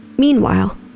Meanwhile